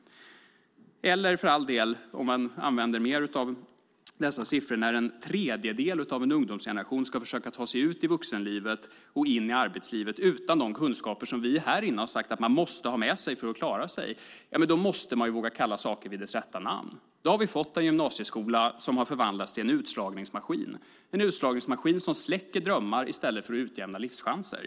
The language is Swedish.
Eller för all del, om man använder mer av dessa siffror: När en tredjedel av en ungdomsgeneration ska försöka ta sig ut i vuxenlivet och in i arbetslivet utan de kunskaper som vi här inne har sagt att man måste ha med sig, då måste man våga kalla saker vid dess rätta namn. Då har vi fått en gymnasieskola som har förvandlats till en utslagningsmaskin som släcker drömmar i stället för att utjämna livschanser.